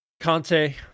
Conte